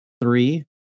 three